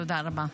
תודה רבה.